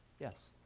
yes?